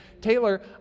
Taylor